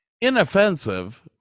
Inoffensive